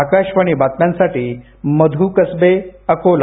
आकाशवाणी बातम्यांसाठी मधु कसबे अकोला